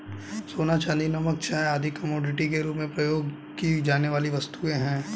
सोना, चांदी, नमक, चाय आदि कमोडिटी के रूप में प्रयोग की जाने वाली वस्तुएँ हैं